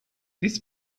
this